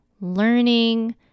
learning